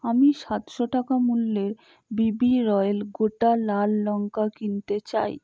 আমি সাতশো টাকা মূল্যের বিবি রয়্যাল গোটা লাল লঙ্কা কিনতে চাই